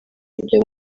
ibyo